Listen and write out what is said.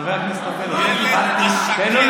השר פורר.